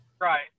Right